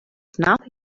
nothing